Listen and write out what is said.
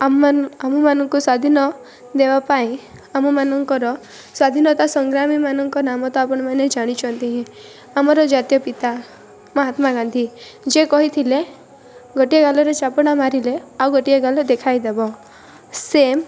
ଆମମାନ ଆମମାନଙ୍କୁ ସ୍ୱାଧୀନ ଦେବାପାଇଁ ଆମମାନଙ୍କର ସ୍ୱାଧୀନତା ସଂଗ୍ରାମୀ ମାନଙ୍କ ନାମ ତ ଆପଣମାନେ ଜାଣିଛନ୍ତି ହିଁ ଆମର ଜାତୀୟ ପିତା ମହାତ୍ମାଗାନ୍ଧୀ ଯିଏ କହିଥିଲେ ଗୋଟିଏ ଗାଲରେ ଚାପୁଡ଼ା ମାରିଲେ ଆଉ ଗୋଟିଏ ଗାଲ ଦେଖାଇ ଦେବ ସେ